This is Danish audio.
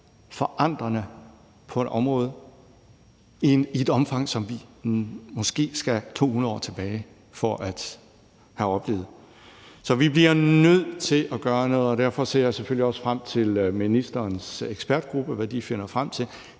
forandrende på et område i et omfang, som vi måske skal 200 år tilbage for at opleve. Så vi bliver nødt til at gøre noget, og derfor ser jeg selvfølgelig også frem til, hvad ministerens ekspertgruppe finder frem til.